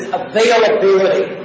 availability